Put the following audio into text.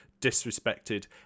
disrespected